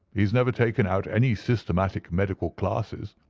he has never taken out any systematic medical classes.